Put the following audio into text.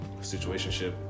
situationship